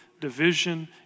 division